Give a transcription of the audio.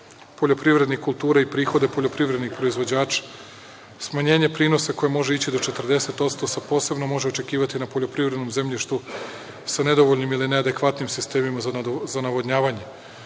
poljoprivrednih kultura i prihode poljoprivrednih proizvođača. Smanjenje prinosa koje može ići do 40% se posebno može očekivati na poljoprivrednom zemljištu sa nedovoljnim ili neadekvatnim sistemima za navodnjavanjem.